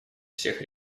всех